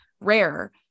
rare